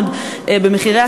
על הפיקוח על המחירים.